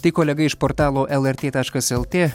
tai kolega iš portalo lrt taškas lt